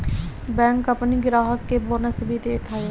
bank अपनी ग्राहक के बोनस भी देत हअ